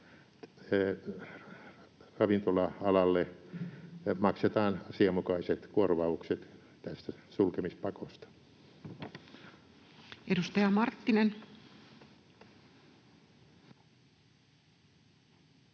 ravintola-alalle maksetaan asianmukaiset korvaukset tästä sulkemispakosta. [Speech